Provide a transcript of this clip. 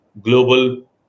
global